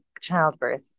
childbirth